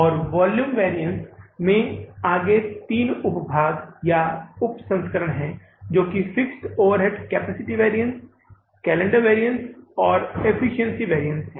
और volume variance में आगे तीन उप भाग या उप संस्करण हैं जो कि यह fixed overhead capacity variance calendar variance और एफ्फिएन्सिएंसी वैरिअन्स है